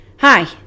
Hi